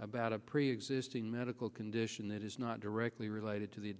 about a preexisting medical condition that is not directly related to the